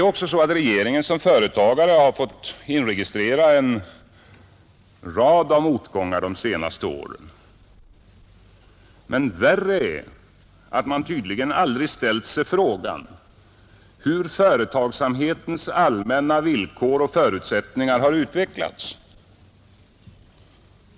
Regeringen som företagare har fått inregistrera en rad motgångar de senaste åren. Men värre är att man tydligen aldrig har ställt sig frågan hur företagsamhetens allmänna villkor och förutsättningar har utvecklats.